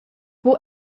buca